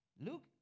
Luke